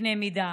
בקנה מידה,